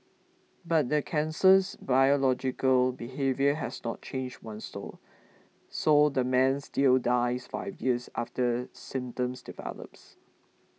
but the cancer's biological behaviour has not changed one sore so the man still dies five years after symptoms develops